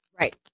Right